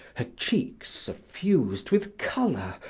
her cheeks suffused with color,